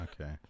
Okay